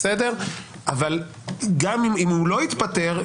אבל גם אם הוא לא התפטר,